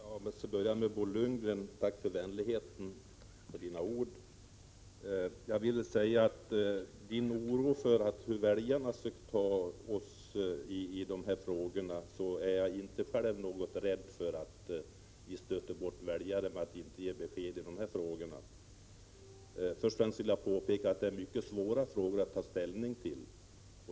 Herr talman! Först ett tack till Bo Lundgren för dessa vänliga ord. Vad gäller hans oro för väljarnas reaktion i dessa frågor är jag själv inte rädd för att vi skall stöta bort några väljare genom att inte ge besked i dessa frågor. Jag vill påpeka att det här är mycket svåra frågor att ta ställning till.